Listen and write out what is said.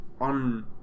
on